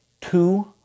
two